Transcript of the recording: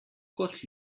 kot